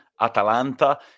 Atalanta